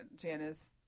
Janice